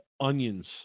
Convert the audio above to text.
onions